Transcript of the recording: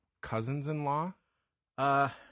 cousins-in-law